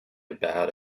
about